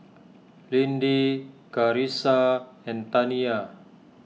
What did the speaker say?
Lindy Carissa and Taniya